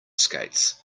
skates